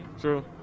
True